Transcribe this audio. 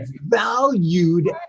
valued